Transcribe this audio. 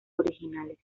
originales